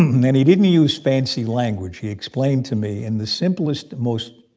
and he didn't use fancy language. he explained to me in the simplest, most